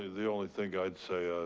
the only thing i'd say,